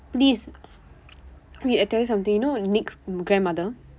divs wait I tell you something you know nick's grandmother